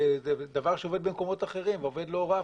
זה דבר שעובד במקומות אחרים ואפילו עובד לא רע.